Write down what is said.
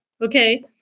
Okay